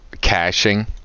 caching